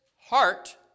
heart